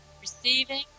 Receiving